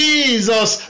Jesus